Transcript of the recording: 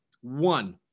one